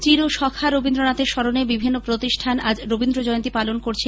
চির সখা রবীন্দ্রনাথের স্মরণে বিভিন্ন প্রতিষ্ঠান আজ রবীন্দ্রজয়ন্তী পালন করছে